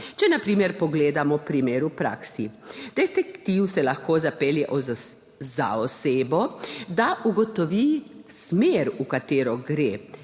Če na primer pogledamo primer v praksi. Detektiv se lahko zapelje za osebo, da ugotovi smer, v katero gre,